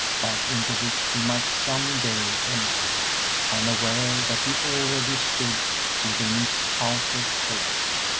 but into which he might some day enter unaware that he already stood within its outer court.